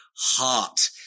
heart